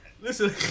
Listen